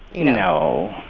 you know.